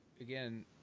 again